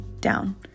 down